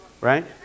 Right